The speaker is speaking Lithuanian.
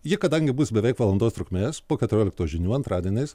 ji kadangi bus beveik valandos trukmės po keturioliktos žinių antradieniais